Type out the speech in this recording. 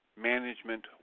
management